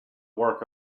work